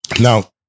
Now